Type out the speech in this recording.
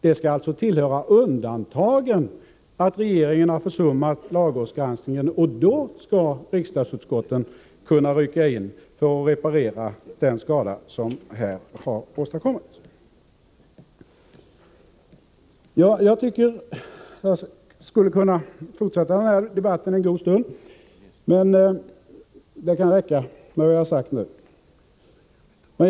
Det skall alltså tillhöra undantagen att regeringen har försummat lagrådsgranskningen, och då skall riksdagsutskotten kunna rycka in och reparera den skada som har åstadkommits. Jag skulle kunna fortsätta den här debatten en god stund, men det kan räcka med det jag har sagt nu.